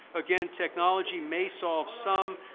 again, technology may solve some,